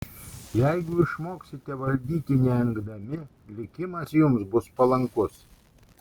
jeigu išmoksite valdyti neengdami likimas jums bus palankus